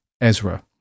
Ezra